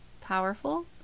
powerful